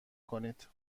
کنید